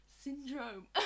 syndrome